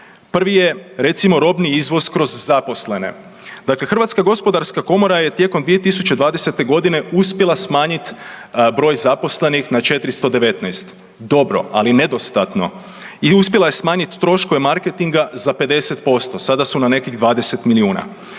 Prvi je recimo robni izvoz kroz zaposlene. Dakle, Hrvatska gospodarska komora je tijekom 2020. godine uspjela smanjiti broj zaposlenih na 419. Dobro ali nedostatno. I uspjela je smanjiti troškove marketinga za 50%. Sada su na nekih 20 milijuna.